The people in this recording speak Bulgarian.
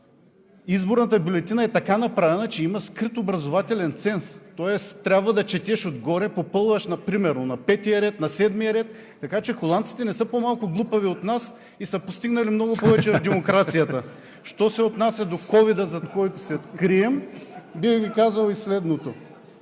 изборната бюлетина е така направена, че има скрит образователен ценз, тоест трябва да четеш отгоре, примерно: „Попълваш на петия ред, на седмия ред“, така че холандците не са по-малко глупави от нас и са постигнали много повече в демокрацията. (Оживление в ГЕРБ.) Що се отнася до COVID, зад който се крием, бих Ви казал следното.